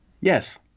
yes